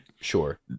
Sure